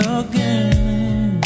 again